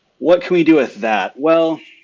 what can we do with that? well,